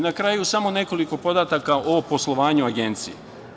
Na kraju, samo nekoliko podataka o poslovanju Agencije.